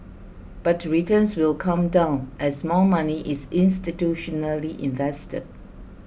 but returns will come down as more money is institutionally invested